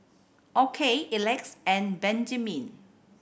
Okey Elex and Benjiman